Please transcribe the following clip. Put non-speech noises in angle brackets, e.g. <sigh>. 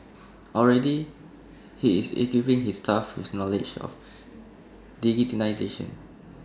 already he is equipping his staff with knowledge of <unintelligible>